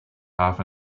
half